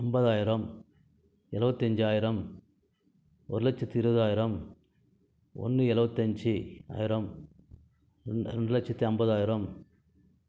ஐம்பதாயிரம் எழுபத்தஞ்சாயிரம் ஒரு லட்சத்தி இருபதாயிரம் ஒன்று எழுபத்தஞ்சு ஆயிரம் ரெண்டு லட்சத்தி ஐம்பதாயிரம்